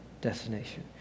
destination